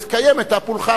לקיים את הפולחן.